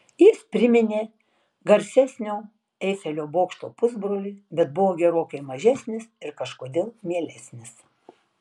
jis priminė garsesnio eifelio bokšto pusbrolį bet buvo gerokai mažesnis ir kažkodėl mielesnis